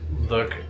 look